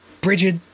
Bridget